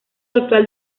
actual